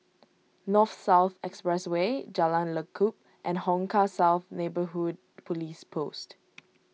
North South Expressway Jalan Lekub and Hong Kah South Neighbourhood Police Post